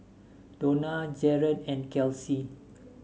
Dona Jaret and Kelsi